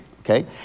Okay